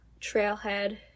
trailhead